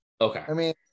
Okay